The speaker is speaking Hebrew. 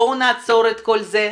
בואו נעצור את כל זה,